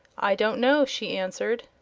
i don't know, she answered.